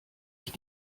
ich